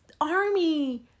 army